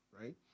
right